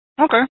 Okay